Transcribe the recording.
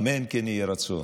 אמן כן יהי רצון.